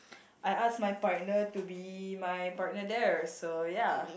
I ask my partner to be my partner there so ya